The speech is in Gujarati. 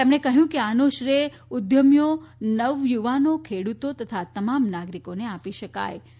તેમણે કહ્યું કે આનો શ્રેય ઉદ્યમીઓ નવયુવાનો ખેડૂતો અને તમામ નાગરિકોને આપી શકાય છે